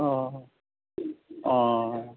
অঁ অঁ অঁ